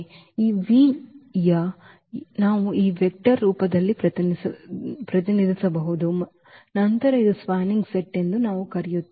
ಈ v ಯ ನಾವು ಈ ವೆಕ್ಟರ್ ರೂಪದಲ್ಲಿ ಪ್ರತಿನಿಧಿಸಬಹುದು ನಂತರ ಇದು spanning set ಎಂದು ನಾವು ಕರೆಯುತ್ತೇವೆ